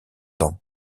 ans